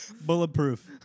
Bulletproof